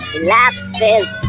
elapses